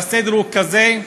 והסדר הזה הוא כזה: